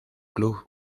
club